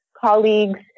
colleagues